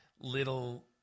little